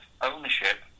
ownership